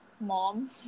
mom